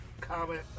comment